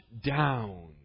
down